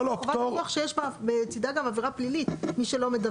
החוק הוא חובת דיווח שיש בצידה גם עבירה פלילית למי שלא מדווח.